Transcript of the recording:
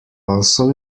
also